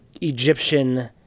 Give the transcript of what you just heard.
Egyptian